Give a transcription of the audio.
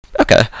Okay